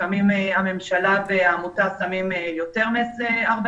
לפעמים הממשלה והעמותה שמים יותר מ-40